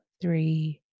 three